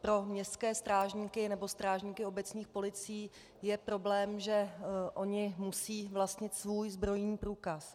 Pro městské strážníky nebo strážníky obecních policií je problém, že oni musí vlastnit svůj zbrojní průkaz.